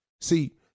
See